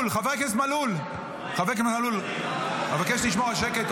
חבר הכנסת מלול, אבקש לשמור על שקט.